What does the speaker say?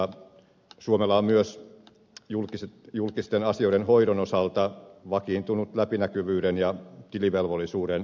suomella on myös julkisten asioiden hoidon osalta vakiintunut läpinäkyvyyden ja tilivelvollisuuden perinne